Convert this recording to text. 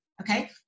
Okay